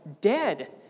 dead